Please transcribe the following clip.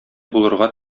булырга